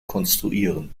konstruieren